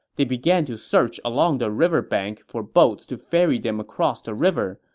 they began to search along the river bank for boats to ferry them across the river,